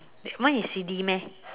that one is C_D meh